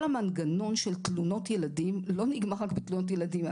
כל המנגנון של תלונות ילדים לא נגמר רק בתלונות ילדים.